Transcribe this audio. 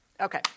Okay